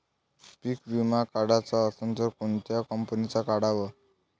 पीक विमा काढाचा असन त कोनत्या कंपनीचा काढाव?